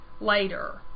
later